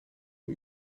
een